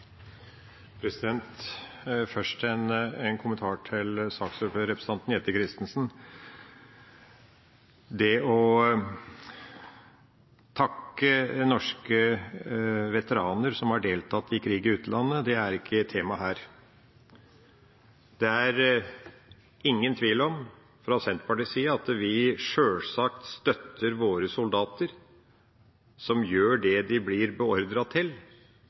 Først en kommentar til saksordføreren, representanten Jette Christensen: Det å takke norske veteraner som har deltatt i krig i utlandet, er ikke temaet her. Det er ingen tvil om at vi fra Senterpartiets side sjølsagt støtter våre soldater, som gjør det de blir beordret til